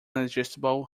adjustable